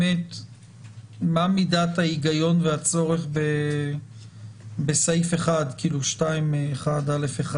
מה מידת ההיגיון והצורך בסעיף 2(1) (א)(1)?